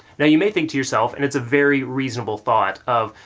now you may think to yourself, and it's a very reasonable thought of,